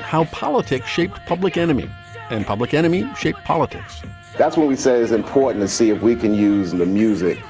how politics shaped public enemy and public enemy shaped politics that's what we say is important to see if we can use the music